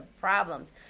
problems